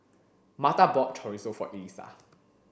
Martha bought Chorizo for Elisa